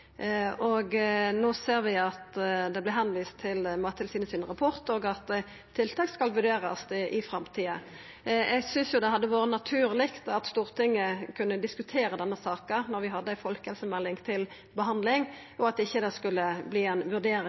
ser vi at det vert vist til Mattilsynets rapport, og at tiltak skal vurderast i framtida. Eg synest det hadde vore naturleg om Stortinget kunne diskutert denne saka når vi har folkehelsemeldinga til behandling, at det ikkje vert ei vurdering